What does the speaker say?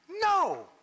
No